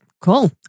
Cool